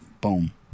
Boom